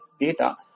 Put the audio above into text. data